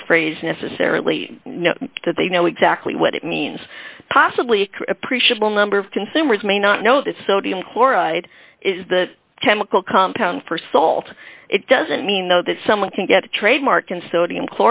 that a phrase necessarily know that they know exactly what it means possibly appreciable number of consumers may not know that sodium chloride is the chemical compound for salt it doesn't mean though that someone can get a trademark in sodium